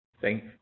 Thank